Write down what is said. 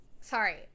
sorry